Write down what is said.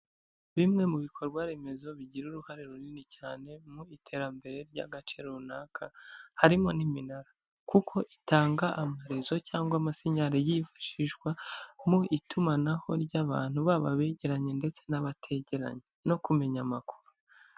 Bimwe mu bikorwa remezo bigira uruhare runini cyane mu iterambere ry'agaciro, runaka harimo n'iminara, kuko itanga amarezo cyangwa amasinyari yifashishwa mu itumanaho ry'abantu, baba abegeranye ndetse n'abategeranye no kumenya amakuru.